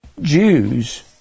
Jews